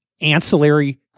ancillary